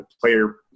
player